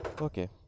Okay